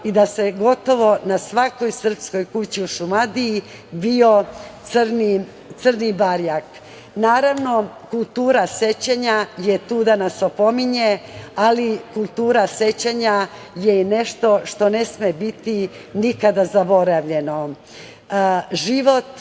i da se gotovo na svakoj srpskoj kući u Šumadiji vijao crni barjak. Naravno, kultura sećanja je tu da nas opominje, ali kultura sećanja je i nešto što ne sme biti nikada zaboravljeno. Život